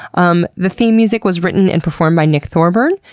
um the theme music was written and performed by nick thorburn,